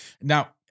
Now